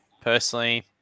personally